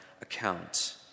account